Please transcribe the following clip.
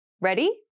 Ready